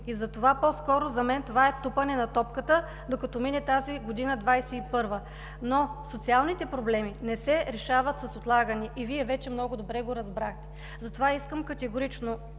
Затова по-скоро за мен това е тупане на топката, докато мине тази 2021 г., но социалните проблеми не се решават с отлагане и Вие вече много добре го разбрахте. Затова искам категорично